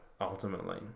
ultimately